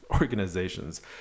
organizations